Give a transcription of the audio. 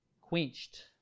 quenched